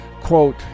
quote